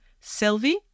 Sylvie